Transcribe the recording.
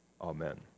Amen